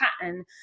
pattern